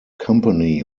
company